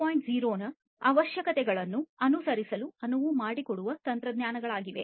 0 ನ ಅವಶ್ಯಕತೆಗಳನ್ನು ಅನುಸರಿಸಲು ಅನುವು ಮಾಡಿಕೊಡುವ ತಂತ್ರಜ್ಞಾನಗಳಾಗಿವೆ